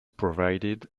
provided